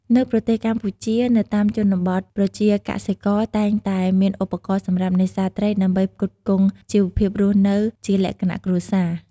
នៅប្រទេសកម្ពុជានៅតាមជនបទប្រជាកសិករតែងតែមានឧបករណ៍សម្រាប់នេសាទត្រីដើម្បីផ្គត់ផ្គង់ជីវភាពរស់នៅជាលក្ខណៈគ្រួសារ